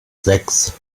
sechs